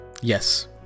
Yes